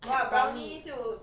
I had brownie